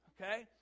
okay